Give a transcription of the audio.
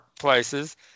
places